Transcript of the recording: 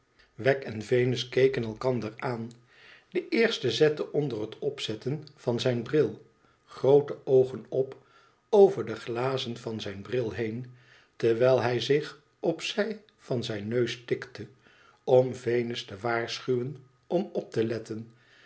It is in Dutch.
vrism weggen venus keken elkander aan deeerste zette onder het opzetten van zijn bril groote oogen op over de glazen van zijn bril heen terwijl hi zich op zij van zijn neus tikte om venus te waarschuwen om op te letten